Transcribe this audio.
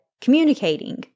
communicating